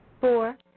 Four